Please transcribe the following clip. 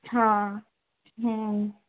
ହଁ ହୁଁ